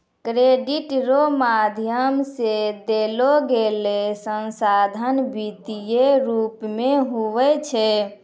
credit रो माध्यम से देलोगेलो संसाधन वित्तीय रूप मे हुवै छै